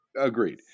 Agreed